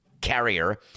carrier